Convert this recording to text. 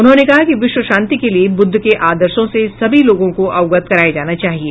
उन्होंने कहा कि विश्व शांति के लिए बुद्ध के आदर्शों से सभी लोगों को अवगत कराया जाना चाहिए